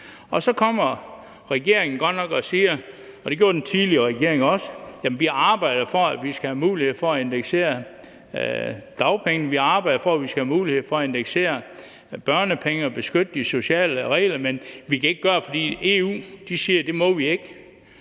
Så kommer regeringen godt nok og siger, og det gjorde den tidligere regering også, at de arbejder for, at vi skal have mulighed for at indeksere dagpenge, og at de arbejder for, at vi skal have mulighed for at indeksere børnepenge og beskytte de sociale regler. Men vi kan ikke gøre det, fordi EU siger, at vi ikke